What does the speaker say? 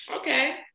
Okay